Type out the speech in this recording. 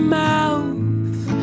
mouth